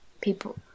people